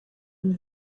une